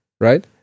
right